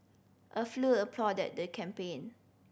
a applauded the campaign